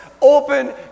open